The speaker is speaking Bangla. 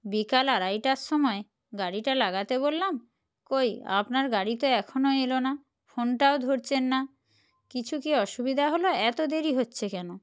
বিকেল আড়াইটের সময় গাড়িটা লাগাতে বললাম কই আপনার গাড়ি তো এখনও এল না ফোনটাও ধরছেন না কিছু কি অসুবিধা হলো এত দেরি হচ্ছে কেন